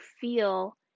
feel